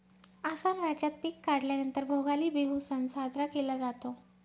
आसाम राज्यात पिक काढल्या नंतर भोगाली बिहू सण साजरा केला जातो